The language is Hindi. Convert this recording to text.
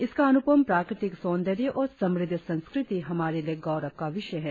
इसका अनुपम प्राकृतिक सौंद्रर्य और समृद्ध संस्कृति हमारे लिए गौरव का विषय है